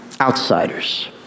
Outsiders